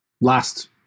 last